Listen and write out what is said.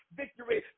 victory